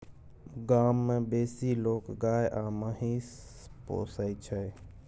गाम मे बेसी लोक गाय आ महिष पोसय छै